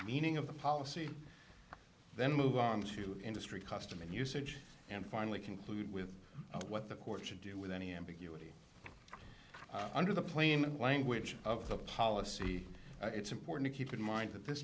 meaning of the policy then move on to industry custom and usage and finally conclude with what the court should do with any ambiguity under the plain language of the policy it's important to keep in mind that this